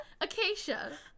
Acacia